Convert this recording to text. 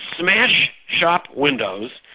smash shop windows,